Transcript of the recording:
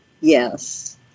Yes